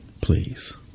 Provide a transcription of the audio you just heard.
please